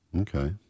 Okay